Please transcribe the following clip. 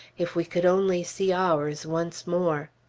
if we could only see ours once more!